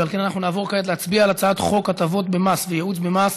ועל כן אנחנו נעבור כעת להצביע על הצעת חוק הטבות במס וייעוץ במס